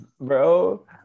bro